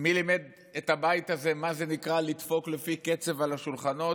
מי לימד את הבית הזה מה זה לדפוק לפי קצב על השולחנות,